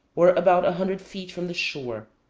or about a hundred feet from the shore.